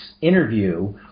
interview